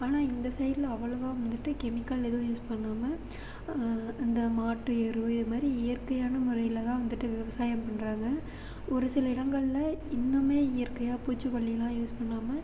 ஆனால் இந்த சைடில் அவ்வளோவா வந்துட்டு கெமிக்கல் எதுவும் யூஸ் பண்ணாமல் இந்த மாட்டு எருவு இதுமாதிரி இயற்கையான முறையில் தான் வந்துட்டு விவசாயம் பண்ணுறாங்க ஒரு சில இடங்கள்ல இன்னுமே இயற்கையாக பூச்சுக்கொல்லிலாம் யூஸ் பண்ணாமல்